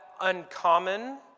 uncommon